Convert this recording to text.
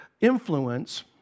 influence